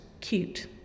cute